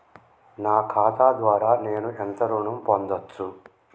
నా ఖాతా ద్వారా నేను ఎంత ఋణం పొందచ్చు?